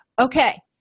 okay